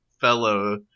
fellow